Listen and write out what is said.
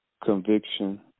conviction